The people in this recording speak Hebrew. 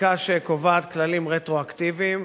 חקיקה שקובעת כללים רטרואקטיביים,